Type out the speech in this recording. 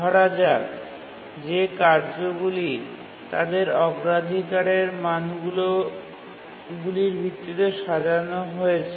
ধরা যাক যে কার্যগুলি তাদের অগ্রাধিকারের মানগুলির ভিত্তিতে সাজানো হয়েছে